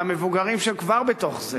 זה המבוגרים שהם כבר בתוך זה.